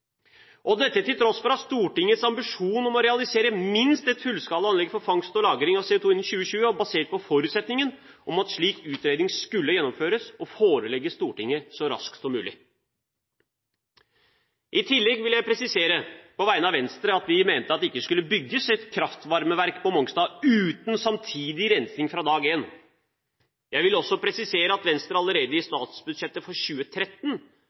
og dette til tross for at Stortingets ambisjon om å realisere minst ett fullskala anlegg for fangst og lagring av CO2 innen 2020, var basert på forutsetningen om at en slik utredning skulle gjennomføres og forelegges Stortinget så raskt som mulig. I tillegg vil jeg presisere, på vegne av Venstre, at vi mente at det ikke skulle bygges et kraftvarmeverk på Mongstad uten samtidig rensing fra dag én. Jeg vil også presisere at Venstre allerede i statsbudsjettet for 2013